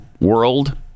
world